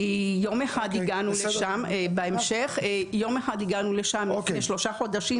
יום אחד הגענו לשם לפני שלושה חודשים,